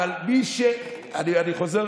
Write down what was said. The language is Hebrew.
אבל מי, שנייה.